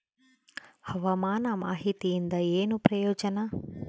ಹವಾಮಾನ ಮಾಹಿತಿಯಿಂದ ಏನು ಪ್ರಯೋಜನ?